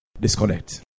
disconnect